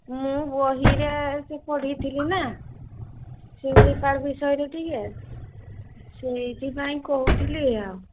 ମୁଁ ବହିରେ ସେ ପଢ଼ିଥିଲି ନାଁ ଚିଲିକା ବିଷୟରେ ଟିକିଏ ସେଇଥିପାଇଁ କହୁଥିଲି ଆଉ